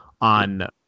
on